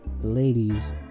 ladies